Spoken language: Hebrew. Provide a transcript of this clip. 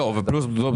לא, לא.